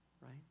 right